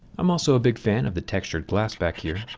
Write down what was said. i'm also a big fan of the textured glass back here.